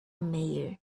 mayor